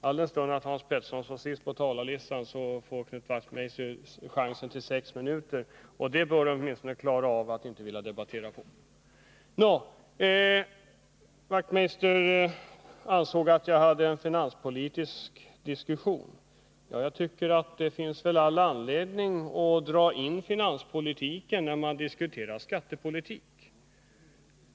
Alldenstund Hans Petersson står sist på talarlistan får Knut Wachtmeister chansen att tala i sex minuter — och den tiden bör väl räcka till om han nu inte vill gå in i närmare debatt. Knut Wachtmeister ansåg att jag förde en finanspolitisk diskussion. Det finns väl all anledning att driva finanspolitik när man diskuterar skattepolitik.